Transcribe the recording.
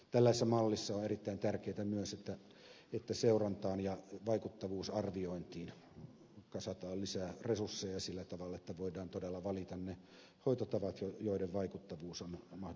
tällaisessa mallissa on erittäin tärkeätä myös että seurantaan ja vaikuttavuusarviointiin kasataan lisää resursseja sillä tavalla että voidaan todella valita ne hoitotavat joiden vaikuttavuus on mahdollisimman hyvä